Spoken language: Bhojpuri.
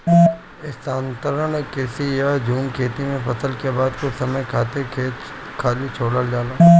स्थानांतरण कृषि या झूम खेती में फसल के बाद कुछ समय खातिर खेत खाली छोड़ल जाला